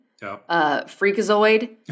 Freakazoid